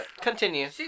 Continue